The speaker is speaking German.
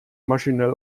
maschinell